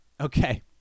okay